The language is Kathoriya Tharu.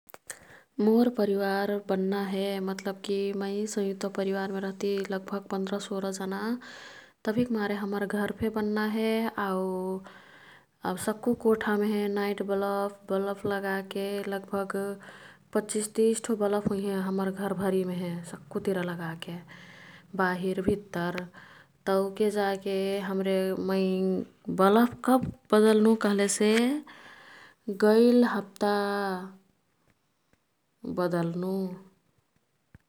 मोर् परिवार बन्ना हे मतलबकी मैं संयुक्त परिवारमे रह्ती लगभग पन्द्र सोह्रा जना। तभिक मारे हम्मर घरफे बन्ना हे। आऊ आऊ सक्कु कोठामे नाईट ब्लफ, ब्लफ लगाके लगभग पच्चिस तिस ठो ब्लफ हुइहें। हम्मर घर भरिमेहे सक्कु तिरा लगाके बाहिर भित्तर। तौके जाके हाम्रे मै ब्लफ कब् बदल्नु कह्लेसे गईल हप्ता बदल्नु।